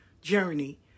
journey